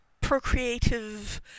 procreative